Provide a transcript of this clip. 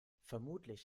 vermutlich